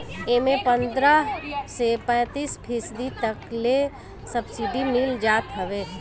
एमे पन्द्रह से पैंतीस फीसदी तक ले सब्सिडी मिल जात हवे